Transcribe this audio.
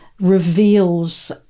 reveals